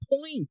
point